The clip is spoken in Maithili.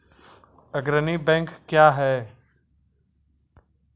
अग्रणी बैंक क्या हैं?